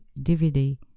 DVD